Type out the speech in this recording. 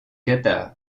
qatar